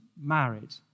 married